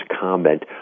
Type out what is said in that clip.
comment